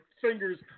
fingers